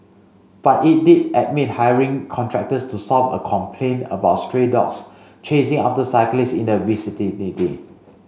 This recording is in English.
but it did admit hiring contractors to solve a complaint about stray dogs chasing after cyclists in the